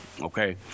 okay